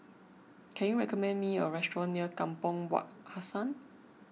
can you recommend me a restaurant near Kampong Wak Hassan